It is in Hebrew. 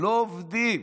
לא עובדים.